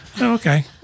Okay